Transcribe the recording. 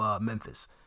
Memphis